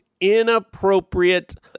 inappropriate